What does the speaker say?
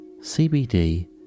CBD